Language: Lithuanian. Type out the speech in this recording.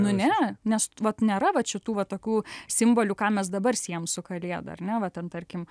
nu ne nes vat nėra vat šitų va tokių simbolių ką mes dabar siejam su kalėda ar ne va ten tarkim